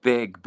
Big